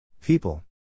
People